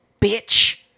bitch